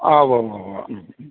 ആ ഉവ്വുവ്വുവ്വ്